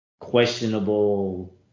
questionable